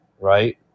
right